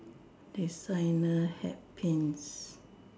designer hat Pins